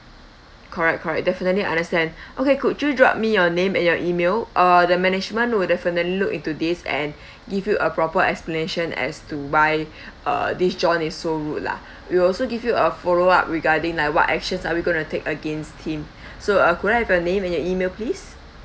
correct correct definitely understand okay could you drop me your name and your email uh the management will definitely look into this and give you a proper explanation as to why uh this john is so rude lah we will also give you a follow up regarding like what actions are we gonna take against him so uh could I have your name and your email please